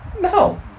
No